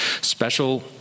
Special